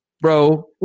bro